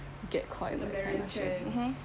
get caught in that kind of shit mmhmm